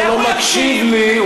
אתה לא מקשיב לי,